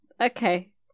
Okay